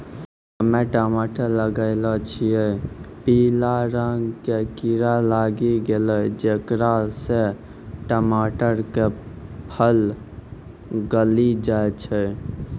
हम्मे टमाटर लगैलो छियै पीला रंग के कीड़ा लागी गैलै जेकरा से टमाटर के फल गली जाय छै?